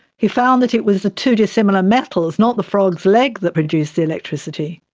he found that it was the two dissimilar metals, not the frog's leg that produced the electricity.